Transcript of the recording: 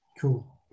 Cool